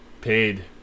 paid